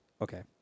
okay